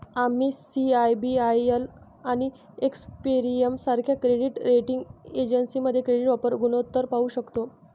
आम्ही सी.आय.बी.आय.एल आणि एक्सपेरियन सारख्या क्रेडिट रेटिंग एजन्सीमध्ये क्रेडिट वापर गुणोत्तर पाहू शकतो